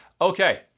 Okay